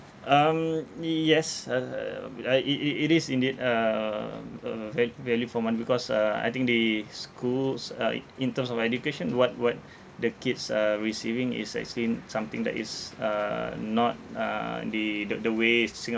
um y~ yes um I i~ i~ it is indeed um uh va~ value for money because uh I think they schools uh in terms of education what what the kids are receiving is actually something that is uh not uh they the the way singapore